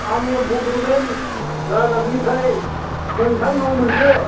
आङो बड'लेण्ड रादाबनिफ्राय नोंथांनाव मोनसे